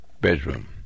bedroom